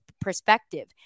perspective